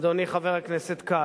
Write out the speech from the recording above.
אדוני חבר הכנסת כץ,